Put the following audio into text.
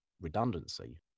redundancy